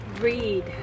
read